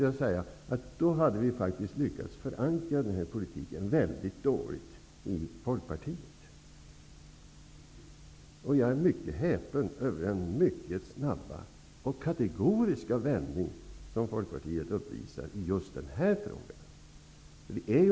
Ja, då hade vi inte lyckats förankra den politiken i Folkpartiet. Jag är mycket häpen över den snabba och kategoriska vändning som Folkpartiet uppvisade i just den frågan.